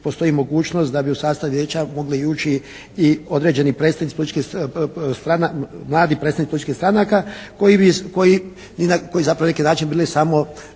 postoji mogućnost da bi u sastav vijeća mogli ući i određeni predstavnici političkih stranaka, mladi predstavnici političkih stranaka koji zapravo bi na neki način bili samo